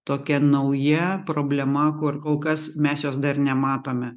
tokia nauja problema kur kol kas mes jos dar nematome